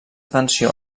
atenció